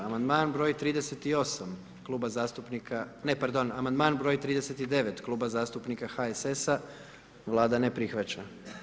Amandman broj 38., Kluba zastupnika, ne pardon, Amandman broj 39., Kluba zastupnika HSS-a, Vlada ne prihvaća.